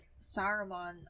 saruman